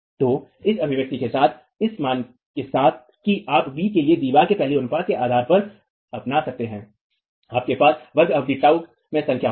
तो इस अभिव्यक्ति के साथ इस मान के साथ कि आप b के लिए दीवार के पहलू अनुपात के आधार पर अपना सकते हैं आपके पास वर्ग अवधि τ में संख्या होगी